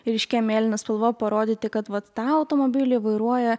ryškia mėlyna spalva parodyti kad vat tą automobilį vairuoja